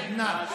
יזכה לעדנה.